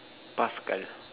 Pascal